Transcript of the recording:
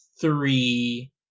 three